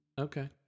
Okay